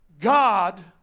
God